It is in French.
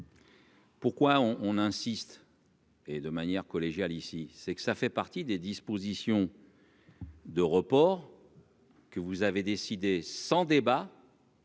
Pourquoi on on insiste. Et de manière collégiale, ici, c'est que ça fait partie des dispositions. De report. Que vous avez décidée sans débat.